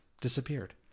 disappeared